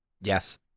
Yes